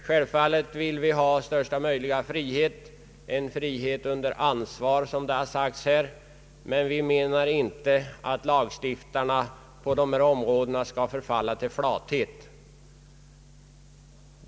Självfallet vill vi ha största möjliga frihet, en frihet under ansvar som det här sagts, men vi menar inte att lagstiftarna på dessa områden bör förfalla till flathet.